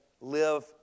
live